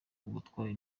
ubutwari